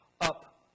up